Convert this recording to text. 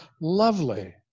lovely